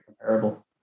comparable